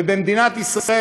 ובמדינת ישראל,